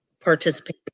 participate